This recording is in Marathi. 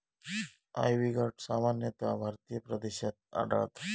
आयव्ही गॉर्ड सामान्यतः भारतीय प्रदेशात आढळता